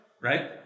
right